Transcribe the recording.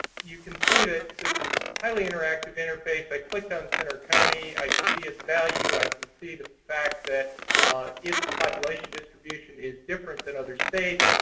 you can see that this is a highly interactive interface. i clicked on center county. i can see its value. i can see the fact that its population distribution is different than other states.